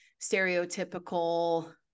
stereotypical